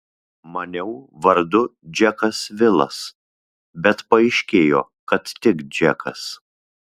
maniau vardu džekas vilas bet paaiškėjo kad tik džekas